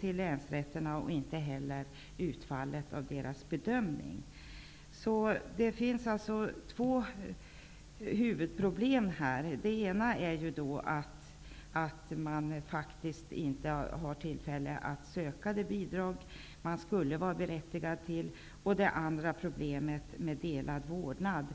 till länsrätterna och inte heller utfallet av deras bedömningar. Det finns alltså två huvudproblem. Det ena är att man faktiskt inte har tillfälle att söka det bidrag man skulle vara berättigad till. Det andra problemet är delad vårdnad.